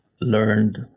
learned